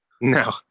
No